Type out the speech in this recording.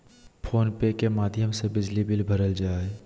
phone पे के माध्यम से बिजली बिल भरल जा हय